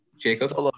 Jacob